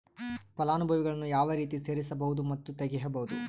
ಫಲಾನುಭವಿಗಳನ್ನು ಯಾವ ರೇತಿ ಸೇರಿಸಬಹುದು ಮತ್ತು ತೆಗೆಯಬಹುದು?